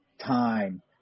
time